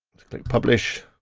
click publish.